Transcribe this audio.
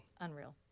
Unreal